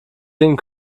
sehen